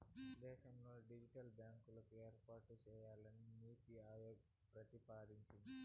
దేశంలో డిజిటల్ బ్యాంకులను ఏర్పాటు చేయాలని నీతి ఆయోగ్ ప్రతిపాదించింది